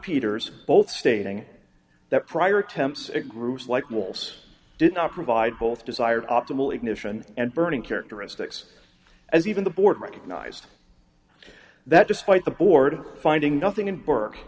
peters both stating that prior attempts at groups like malls did not provide both desired optimal ignition and burning characteristics as even the board recognized that despite the board of finding nothing in burke